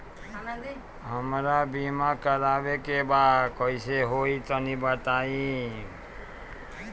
हमरा बीमा करावे के बा कइसे होई तनि बताईं?